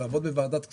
לעבוד בוועדת כספים,